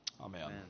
amen